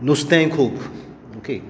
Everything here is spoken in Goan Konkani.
नुस्तेंय खूब ओके